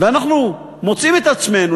ואנחנו מוצאים את עצמנו,